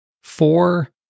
four